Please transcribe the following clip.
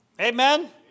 Amen